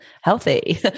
Healthy